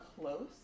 close